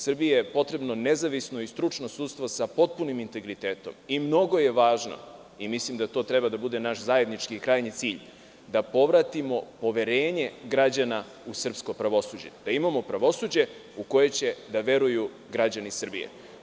Srbiji je potrebno nezavisno i stručno sudstvo sa potpunim integritetom i mnogo je važno, mislim da to treba da bude naš zajednički krajnji cilj, da povratimo poverenje građana u srpsko pravosuđe, da imamo pravosuđe u koje će da veruju građani Srbije.